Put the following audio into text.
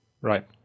Right